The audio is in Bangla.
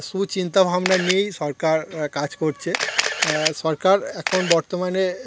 সুচিন্তাভাবনা নিয়েই সরকার কাজ করছে সরকার এখন বর্তমানে